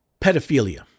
pedophilia